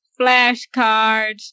flashcards